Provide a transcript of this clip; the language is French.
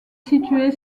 située